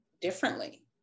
differently